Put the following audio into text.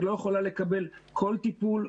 היא לא יכולה לקבל כל טיפול,